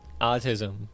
autism